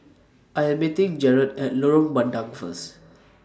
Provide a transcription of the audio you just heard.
I Am meeting Jarod At Lorong Bandang First